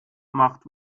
macht